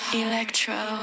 electro